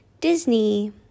Disney